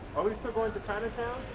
are we still going to chinatown?